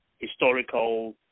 historical